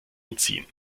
entziehen